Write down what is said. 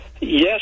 Yes